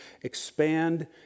expand